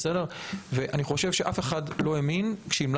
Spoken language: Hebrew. אני חושב שאף אחד לא האמין שהם יקרו,